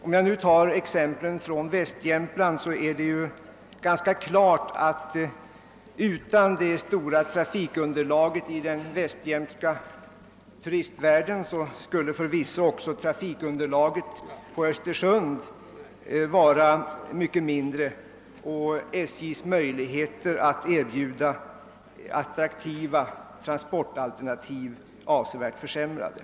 Om jag nu tar exemplet från västra Jämtland står det ganska klart att utan det stora trafikunderlaget i den västjämtska turistvärlden skulle förvisso trafikunderlaget på Östersund vara mycket mindre och SJ:s möjligheter att erbjuda attraktiva transportalternativ avsevärt försämrade.